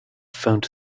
found